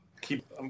keep